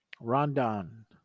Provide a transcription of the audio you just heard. Rondon